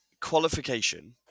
Qualification